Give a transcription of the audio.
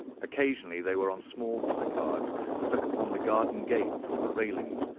occasionally they were on small placards stuck upon the garden gate or the railings.